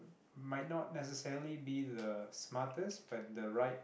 might not necessarily be the smartest but the right